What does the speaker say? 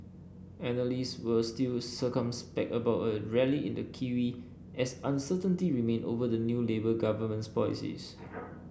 analysts were still circumspect about a rally in the kiwi as uncertainty remained over the new Labour government's policies